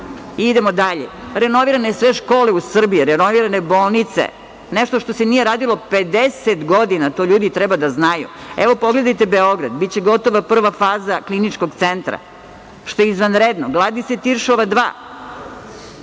radi. Idemo dalje. Renovirane sve škole u Srbiji, renovirane bolnice. Nešto što se nije radilo 50 godina. To ljudi treba da znaju. Evo, pogledajte Beograd. Biće gotova prva faza Kliničkog centra, što je izvanredno. Gradi se „Tiršova 2“.